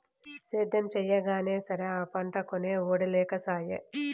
సేద్యం చెయ్యగానే సరా, ఆ పంటకొనే ఒడే లేకసాయే